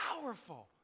powerful